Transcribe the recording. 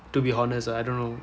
to be honest I don't know